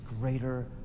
greater